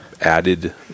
added